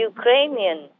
Ukrainian